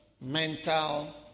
mental